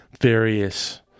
various